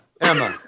Emma